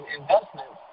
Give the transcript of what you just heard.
investment